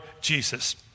Jesus